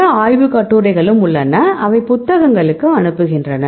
பல ஆய்வுக் கட்டுரைகளும் உள்ளன அவை புத்தகங்களுக்கு அனுப்புகின்றன